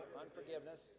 unforgiveness